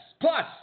Plus